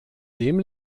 dem